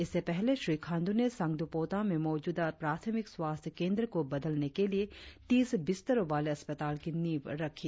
इससे पहले श्री खांडू ने संगदुपोटा में मौजूदा प्राथमिक स्वास्थ्य केंद्र को बदलने के लिए तीस बिस्तरों वाले अस्पताल की नींव रखी